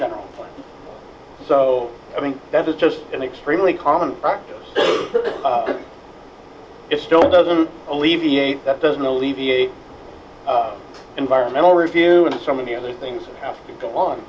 general so i think that is just an extremely common practice it still doesn't alleviate that doesn't alleviate environmental review and so many other things have to go on